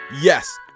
Yes